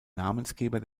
namensgeber